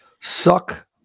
suck